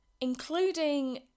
Including